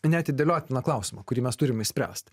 neatidėliotiną klausimą kurį mes turim išspręst